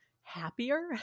happier